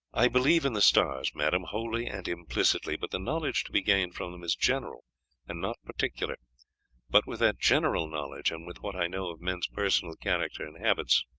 i believe in the stars, madame, wholly and implicitly, but the knowledge to be gained from them is general and not particular but with that general knowledge, and with what i know of men's personal character and habits,